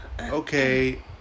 okay